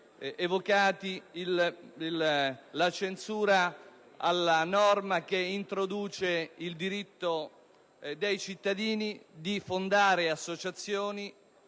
evocati, la censura alla norma che introduce il diritto dei cittadini di fondare associazioni